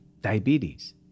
diabetes